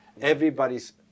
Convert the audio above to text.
everybody's